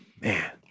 man